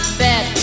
bet